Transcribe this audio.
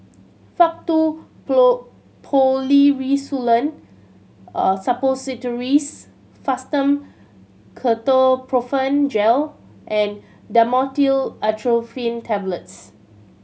Faktu Policresulen Suppositories Fastum Ketoprofen Gel and Dhamotil Atropine Tablets